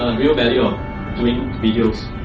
real value of doing videos?